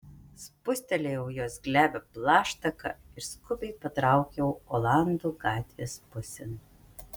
spustelėjau jos glebią plaštaką ir skubiai patraukiau olandų gatvės pusėn